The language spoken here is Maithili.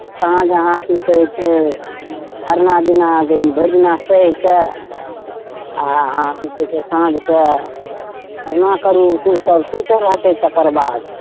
जहाँ जहाँ की कहै छै खरना दिना भरि दिना सहिके आ अहाँ की कहै छै साँझकेँ खरना करू सभ सुति रहतै तकर बाद